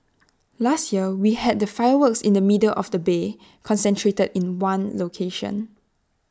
last year we had the fireworks in the middle of the bay concentrated in one location